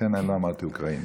ולכן לא אמרתי אוקראיני.